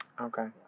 Okay